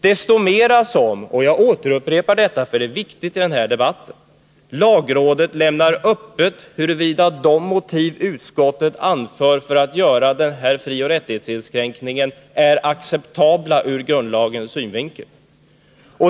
Detta desto mera som —- och jag upprepar det för det är viktigt i den här debatten — lagrådet lämnar öppet huruvida de motiv utskottet anför för att göra denna frihetsoch rättighetsinskränkning är acceptabla ur grundlagens synvinkel.